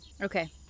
Okay